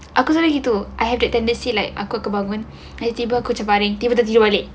aku memang macam itu I have the tendency like aku akan bangun then tiba aku cuma baring tiba tidur balik